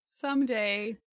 Someday